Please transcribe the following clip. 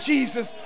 Jesus